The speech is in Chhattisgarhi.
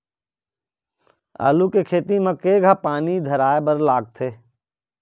आलू खेती म केघा पानी धराए बर लागथे?